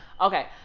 okay